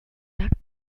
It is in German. lag